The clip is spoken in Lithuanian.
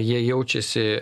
jie jaučiasi